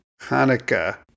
Hanukkah